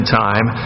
time